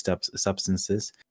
substances